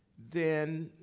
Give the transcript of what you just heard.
then,